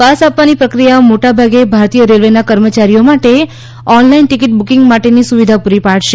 pass આપવાની પ્રક્રિયા મોટાભાગે ભારતીય રેલ્વેના કર્મચારીઓ માટે ઑનલાઇન ટિકિટ બુકિંગ માટેની સુવિધા પૂરી પાડશે